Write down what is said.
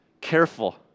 careful